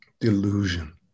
Delusion